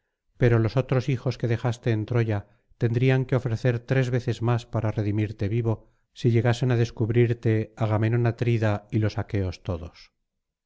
pero los otros hijos que dejaste en troya tendrían que ofrecer tres veces más para redimirte vivo si llegasen á descubrirte agamenón atrida y los aqueos todos